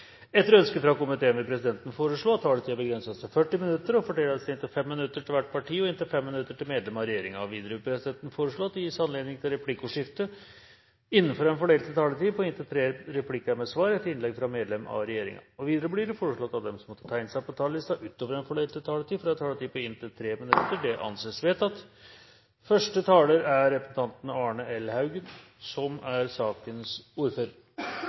Etter ønske fra næringskomiteen vil presidenten foreslå at taletiden begrenses til 40 minutter og fordeles med inntil 5 minutter til hvert parti og inntil 5 minutter til medlem av regjeringen. Videre vil presidenten foreslå at det gis anledning til replikkordskifte på inntil tre replikker med svar etter innlegg fra medlem av regjeringen innenfor den fordelte taletid. Videre blir det foreslått at de som måtte tegne seg på talerlisten utover den fordelte taletid, får en taletid på inntil 3 minutter. – Det anses vedtatt. Jeg vil vise til forhandlingene om reindriftsavtalen, som